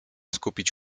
skupić